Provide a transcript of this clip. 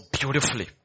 beautifully